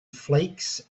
flakes